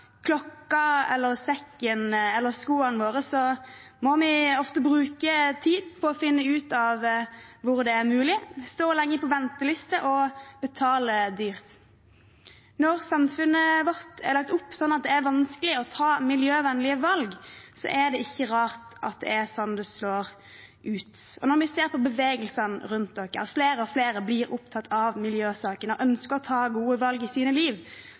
sekken eller skoene våre, må vi ofte bruke tid på å finne ut hvor det er mulig, stå lenge på venteliste og betale dyrt. Når samfunnet vårt er lagt opp sånn at det er vanskelig å ta miljøvennlige valg, er det ikke rart at det er sånn det slår ut. Når vi ser på bevegelsene rundt oss, at flere og flere blir opptatt av miljøsakene og ønsker å ta gode valg i sitt liv,